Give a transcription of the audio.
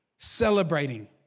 Celebrating